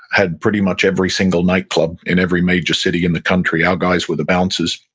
had pretty much every single nightclub in every major city in the country. our guys were the bouncers.